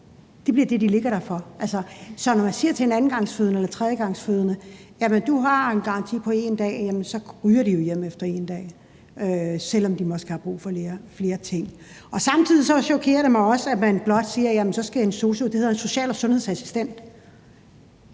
bliver det, de ligger der. Så når man siger til en andengangsfødende eller tredjegangsfødende, at vedkommende har en garanti på 1 dag, så ryger vedkommende jo hjem efter 1 dag, selv om de måske har brug for flere ting. Samtidig chokerer det mig også, at man blot siger, at så skal en sosu – det hedder en